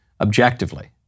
objectively